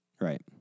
Right